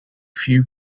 few